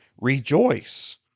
rejoice